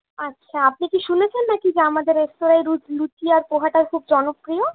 আচ্ছা আপনি কি শুনেছেন নাকি যে আমাদের রেস্তোরাঁয় লুচি আর পোহাটা খুব জনপ্রিয়